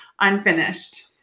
Unfinished